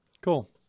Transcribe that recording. Cool